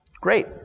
Great